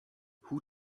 who